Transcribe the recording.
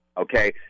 okay